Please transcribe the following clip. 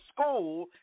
school